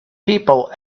people